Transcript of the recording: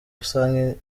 usanga